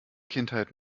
kindheit